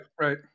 Right